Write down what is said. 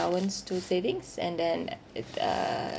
allowance to savings and then if uh